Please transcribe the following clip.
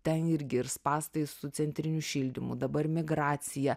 ten irgi ir spąstai su centriniu šildymu dabar migracija